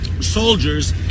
soldiers